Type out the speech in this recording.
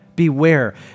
beware